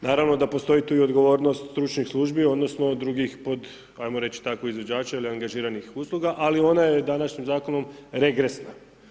Naravno da postoji tu i odgovornost stručnih službi odnosno drugih pod, ajmo reći tako izvođača ili angažiranih usluga, ali ona je današnjim Zakonom regresna.